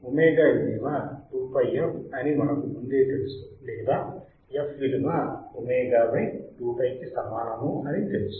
omega విలువ 2πf ఆని మనకు ముందే తెలుసు లేదా f విలువ w2π కి సమానము అనీ తెలుసు